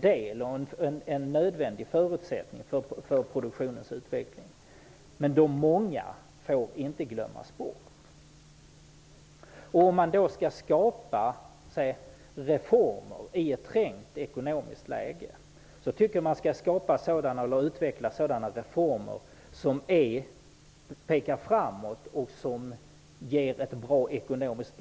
De är en nödvändig förutsättning för produktionens utveckling, men de många får inte glömmas bort. Om man skall skapa reformer i ett trängt ekonomiskt läge tycker jag att man skall utveckla reformer som pekar framåt och som ger ett bra ekonomiskt